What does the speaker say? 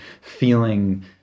feeling